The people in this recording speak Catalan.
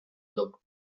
duc